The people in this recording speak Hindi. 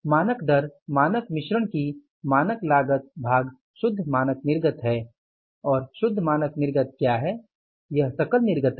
मानक दर मानक मिश्रण की मानक लागत भाग शुद्ध मानक निर्गत है और शुद्ध मानक निर्गत क्या है यह सकल निर्गत है